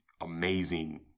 amazing